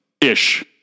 ish